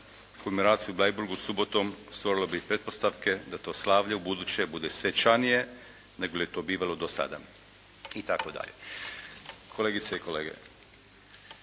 Komemoraciju u Bleiburgu subotom stvorilo bi pretpostavke da to slavlje ubuduće bude svečanije nego li je to bivalo do sada itd. Kolegice i kolege,